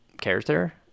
character